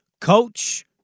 coach